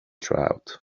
trout